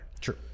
True